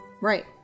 Right